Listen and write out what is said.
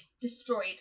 destroyed